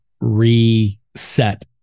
reset